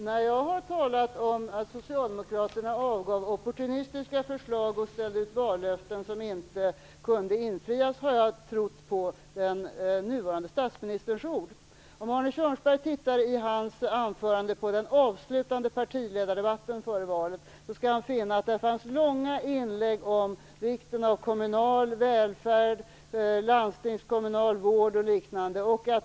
Herr talman! När jag sagt att Socialdemokraterna avgett opportunistiska förslag och ställt ut vallöften som inte kunnat infrias har jag gjort det, därför att jag trott på den nuvarande statsministerns ord. Om Arne Kjörnsberg studerar hans anförande i den avslutande partiledardebatten före valet finner han att där fanns långa inlägg om vikten av kommunal välfärd, landstingskommunal vård o.d.